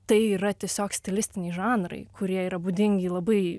tai yra tiesiog stilistiniai žanrai kurie yra būdingi labai